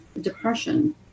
depression